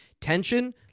Tension